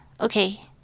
okay